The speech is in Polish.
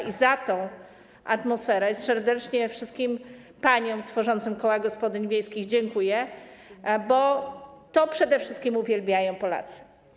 I za tą atmosferę serdecznie wszystkim paniom tworzącym koła gospodyń wiejskich dziękuję, bo to przede wszystkim uwielbiają Polacy.